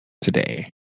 today